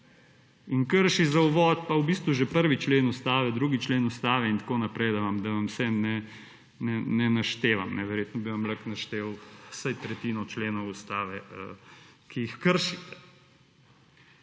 In krši za uvod, pa v bistvu je 1. člen Ustave, 2. člen Ustave in tako naprej, da vam vse ne naštevam, verjetno bi vam lahko naštel vsaj tretjino členov Ustave, ki jih kršite.